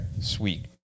Sweet